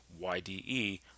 YDE